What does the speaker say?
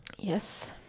Yes